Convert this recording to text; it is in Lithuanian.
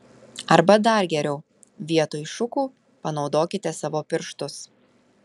arba dar geriau vietoj šukų panaudokite savo pirštus